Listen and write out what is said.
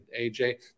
AJ